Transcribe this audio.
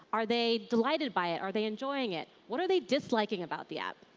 are they delighted by it? are they enjoying it? what are they disliking about the app?